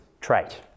trait